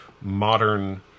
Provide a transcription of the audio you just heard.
modern